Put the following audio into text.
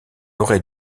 aurait